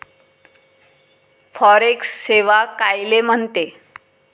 Forex सेवा कायले म्हनते?